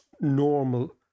normal